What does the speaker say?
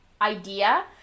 idea